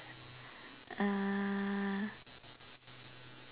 uh